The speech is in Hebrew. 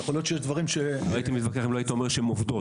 יכול להיות שדברים ש --- לא הייתי מתווכח אם לא היית אומר שהן עובדות.